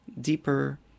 deeper